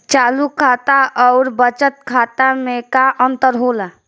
चालू खाता अउर बचत खाता मे का अंतर होला?